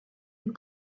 and